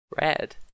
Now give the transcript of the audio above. Red